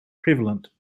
prevalent